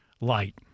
light